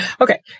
Okay